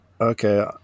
Okay